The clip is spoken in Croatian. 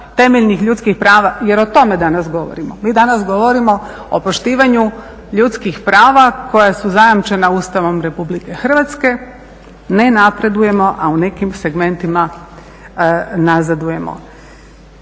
temeljnih ljudskih prava, jer o tome danas govorimo, mi danas govorimo o poštivanju ljudskih prava koja su zajamčena Ustavom Republike Hrvatske, ne napredujemo a u nekim segmentima nazadujemo.